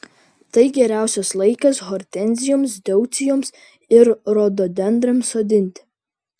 tai geriausias laikas hortenzijoms deucijoms ir rododendrams sodinti